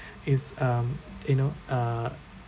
is um you know uh